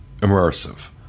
immersive